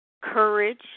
courage